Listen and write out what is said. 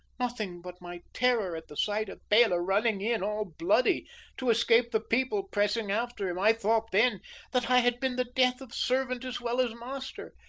nothing but my terror at the sight of bela running in all bloody to escape the people pressing after him. i thought then that i had been the death of servant as well as master.